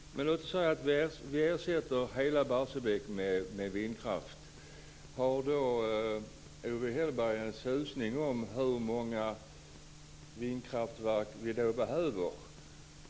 Låt oss säga att vi ersätter hela Barsebäck med vindkraft. Har Owe Hellberg en susning om hur många vindkraftverk vi då behöver?